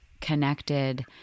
connected